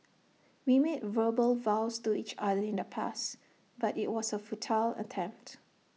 we made verbal vows to each other in the past but IT was A futile attempted